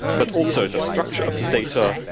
but also, the structure of the data,